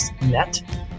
net